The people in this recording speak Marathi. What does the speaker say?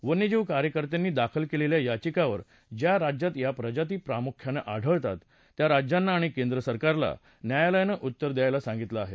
वन्यजीव कार्यकर्त्यांनी दाखल केलेल्या याचिकेवर ज्या राज्यात या प्रजाती प्रामुख्यानं आढळतात त्या राज्यांना आणि केंद्र सरकारला न्यायालयानं उत्तर द्यायला सांगितलं आहे